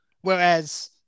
whereas